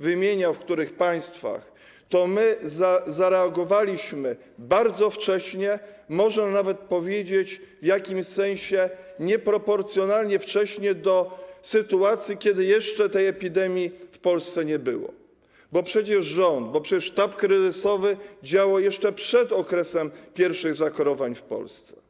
wymieniał, w których państwach, można powiedzieć, że zareagowaliśmy bardzo wcześnie, a nawet w jakimś sensie nieproporcjonalnie wcześnie do sytuacji, kiedy jeszcze tej epidemii w Polsce nie było, bo przecież rząd, sztab kryzysowy działał jeszcze przed okresem pierwszych zachorowań w Polsce.